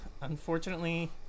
unfortunately